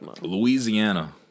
Louisiana